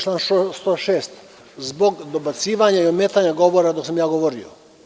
Član 106, zbog dobacivanja i ometanja govora dok sam ja govorio.